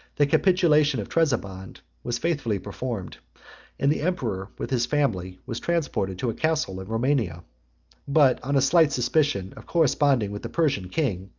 the capitulation of trebizond was faithfully performed and the emperor, with his family, was transported to a castle in romania but on a slight suspicion of corresponding with the persian king,